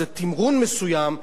איזה תמרון מסוים,